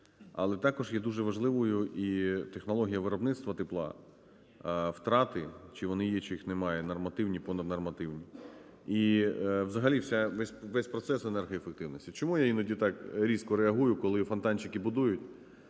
Але також є дуже важливою і технологія виробництва тепла, втрати, чи вони є, чи їх немає, нормативні, понаднормативні, і взагалі весь процес енергоефективності. Чому я іноді так різко реагую, коли фонтанчики будують